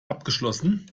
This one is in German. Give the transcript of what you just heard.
abgeschlossen